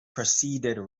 proceeded